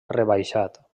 rebaixat